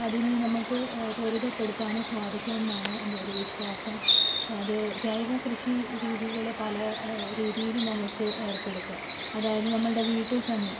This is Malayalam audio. അതിനെ നമുക്ക് പൊരുത്തപ്പെടുത്താനും സ്വാധിക്കുമെന്നാണ് എൻ്റെ ഒരു വിശ്വാസം അത് ജൈവ കൃഷി രീതികൾ പല രീതിയിലും നമുക്ക് ഏർപ്പെടുത്താം അതായത് നമ്മളുടെ വീട്ടിൽ തന്നിൽ